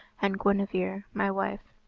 and guinevere my wife.